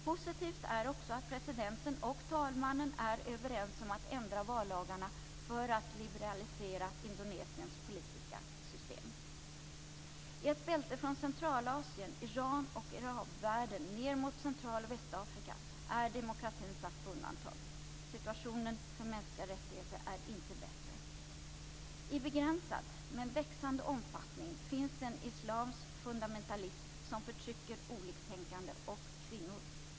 Positivt är också att presidenten och talmannen är överens om att ändra vallagarna för att liberalisera Indonesiens politiska system. I ett bälte från Centralasien, Iran och arabvärlden ned mot Central och Västafrika är demokratin satt på undantag. Situationen för de mänskliga rättigheterna är inte bättre. I begränsad, men växande, omfattning finns en islamsk fundamentalism som förtrycker oliktänkande och kvinnor.